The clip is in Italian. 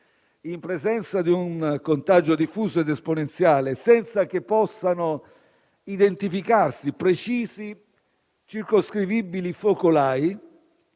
in presenza di un contagio diffuso ed esponenziale, senza che possano identificarsi precisi, circoscrivibili focolai,